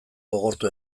gogortu